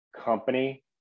company